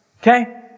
Okay